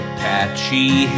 Apache